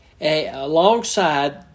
alongside